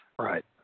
Right